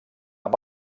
amb